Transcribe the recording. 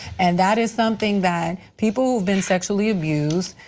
and that is something that people who been sexually abused,